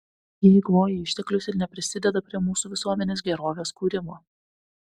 jie eikvoja išteklius ir neprisideda prie mūsų visuomenės gerovės kūrimo